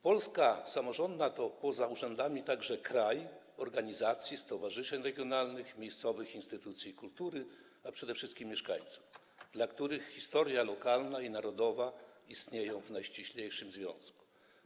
Polska samorządna to poza urzędami także kraj organizacji, stowarzyszeń regionalnych, miejscowych instytucji kultury, a przede wszystkim mieszkańców, dla których historia lokalna i historia narodowa istnieją w najściślejszym związku.